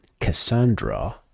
Cassandra